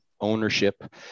ownership